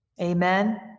Amen